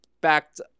backed